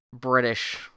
British